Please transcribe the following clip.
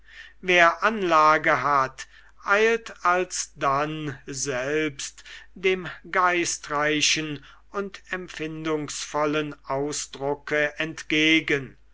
wer anlage hat eilt alsdann selbst dem geistreichen und empfindungsvollen ausdrucke entgegen